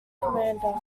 commander